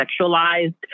sexualized